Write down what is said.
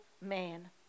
man